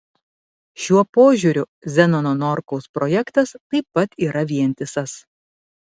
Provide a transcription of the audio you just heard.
šiuo požiūriu zenono norkaus projektas taip pat yra vientisas